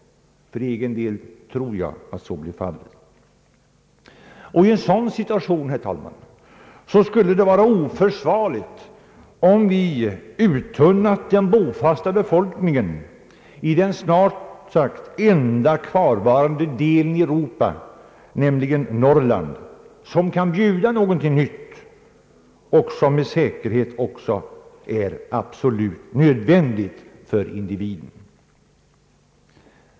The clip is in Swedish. För egen del tror jag att så blir fallet. I en sådan situation, herr talman, skulle det vara oförsvarligt om vi uttunnat den bofasta befolkningen i den snart sagt enda kvarvarande delen i Europa, nämligen Norrland, som kan bjuda någonting nytt, vilket med säkerhet också är absolut nödvändigt för individen.